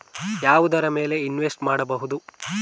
ಯಾವುದರ ಮೇಲೆ ಇನ್ವೆಸ್ಟ್ ಮಾಡಬಹುದು?